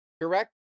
correct